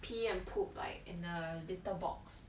pee and poop like in a litter box